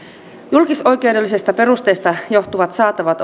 julkisoikeudellisesta perusteesta johtuvat saatavat